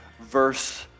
verse